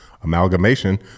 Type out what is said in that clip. Amalgamation